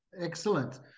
Excellent